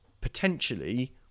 potentially